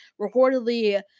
reportedly